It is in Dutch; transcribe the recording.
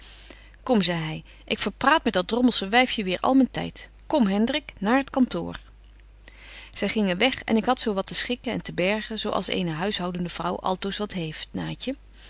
kom zei hy ik verpraat met dat drommelsche wyfje weêr al myn tyd kom hendrik naar t kantoor zy gingen weg en ik had zo wat te schikken en te bergen zo als eene huishoudende vrouw altoos wat heeft naatje